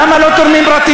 למה לא תורמים פרטיים?